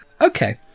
Okay